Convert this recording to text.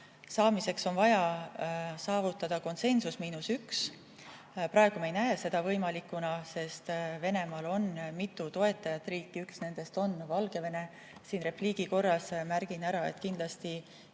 jaoks on vaja saavutada konsensus miinus üks. Praegu me ei pea seda võimalikuks, sest Venemaad toetab mitu riiki, üks nendest on Valgevene. Repliigi korras märgin ära, et kindlasti